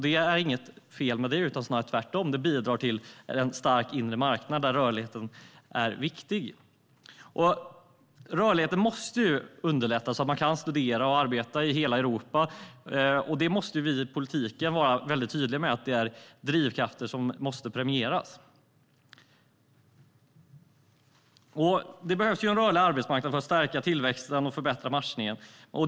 Det är inget fel med det, snarare tvärtom, för det bidrar till en stark inre marknad där rörligheten är viktig. Rörlighet måste underlättas så att man kan studera och arbeta i hela Europa. Vi inom politiken måste vara väldigt tydliga med att detta är drivkrafter som måste premieras. Det behövs en rörlig arbetsmarknad för att stärka tillväxten och förbättra matchningen.